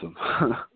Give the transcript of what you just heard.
awesome